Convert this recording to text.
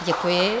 Děkuji.